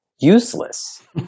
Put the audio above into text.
useless